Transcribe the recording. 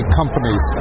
companies